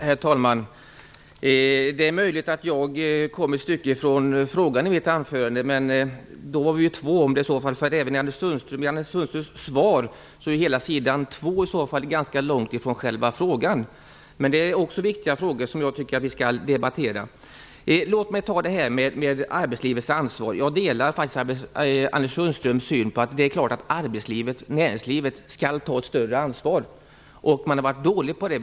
Herr talman! Det är möjligt att jag kom ifrån frågan litet grand i mitt inlägg. Men i så fall är vi två som gör det, för i svaret är det som sägs på hela sidan 2 ganska långt från själva frågan. Det handlar om viktiga saker som jag tycker att vi skall debattera. Så till frågan om arbetslivets ansvar. Jag delar Anders Sundströms uppfattning här. Det är klart att näringslivet skall ta ett större ansvar. Man har varit dålig på det.